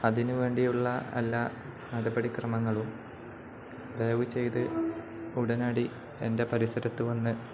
അതിനു വേണ്ടിയുള്ള എല്ലാ നടപടിക്രമങ്ങളും ദയവു ചെയ്ത് ഉടനടി എൻ്റെ പരിസരത്തു വന്ന്